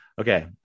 Okay